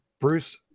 Bruce